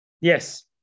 Yes